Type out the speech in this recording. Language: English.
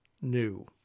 new